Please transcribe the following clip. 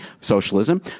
Socialism